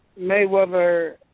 Mayweather